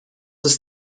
ist